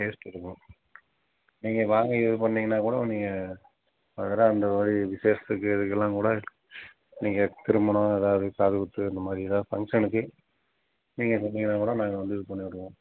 taste இருக்கும் நீங்கள் வாங்க இது பண்ணிங்கன்னால் கூட நீங்கள் ஃபர்தராக அந்த மாதிரி விசேஷத்துக்கு இதுக்கெல்லாம் கூட நீங்கள் திருமணம் ஏதாவது காதுகுத்து இந்த மாதிரி எதாவது ஃபங்க்ஷனுக்கு நீங்கள் சொன்னீங்கன்னால் கூட நாங்கள் வந்து இது பண்ணிவிடுவோம்